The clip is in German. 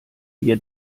wir